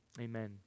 amen